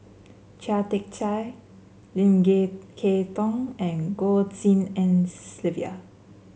Chia Tee Chiak Lim Kay Tong and Goh Tshin En Sylvia